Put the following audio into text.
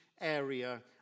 area